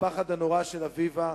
לפחד הנורא של אביבה,